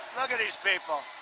look at these people,